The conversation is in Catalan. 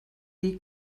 dir